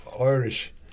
Irish